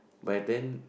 by then